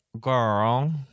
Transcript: Girl